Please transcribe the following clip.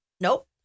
Nope